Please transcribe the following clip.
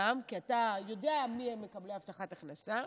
כי אתה יודע מיהם מקבלי הבטחת הכנסה.